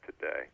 today